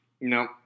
No